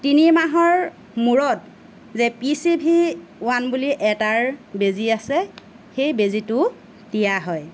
তিনি মাহৰ মূৰত ৰেপিচিভি ৱান বুলি এটাৰ বেজী আছে সেই বেজীটো দিয়া হয়